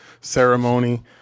ceremony